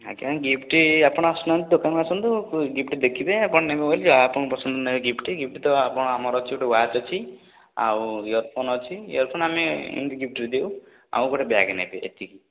ଆଜ୍ଞା ଗିଫ୍ଟ ଆପଣ ଆସୁନାହାନ୍ତି ଦୋକାନକୁ ଆସନ୍ତୁ ଗିଫ୍ଟ ଦେଖିବେ ଆପଣ ନେବେ ବୋଲି ଯାହା ଆପଣଙ୍କୁ ପସନ୍ଦ ନେବେ ଗିଫ୍ଟ ଗିଫ୍ଟ ତ ଆପଣ ଆମର ଅଛି ଗୋଟେ ୱାଚ୍ ଅଛି ଆଉ ଇୟରଫୋନ୍ ଅଛି ଇୟରଫୋନ୍ ଆମେ ଏମିତି ଗିଫ୍ଟରେ ଦେଉ ଆଉ ଗୋଟେ ବ୍ୟାଗ୍ ନେବେ ଏତିକି